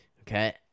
Okay